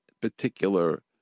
particular